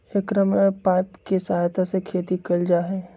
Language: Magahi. एकरा में पाइप के सहायता से खेती कइल जाहई